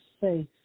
safe